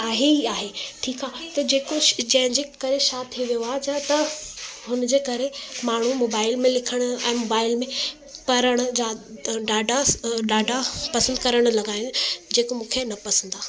आहे ई आहे ठीकु आहे त जेको जंहिंजे करे छा थी वियो आहे जा त हुनजे करे माण्हू मोबाइल में लिखणु ऐं मोबाइल में पढ़णु ज्या ॾाढा ॾाढा पसंदि करणु लॻा आहिनि जेको मूंखे न पसंदि आहे